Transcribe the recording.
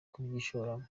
kubyishoramo